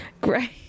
Great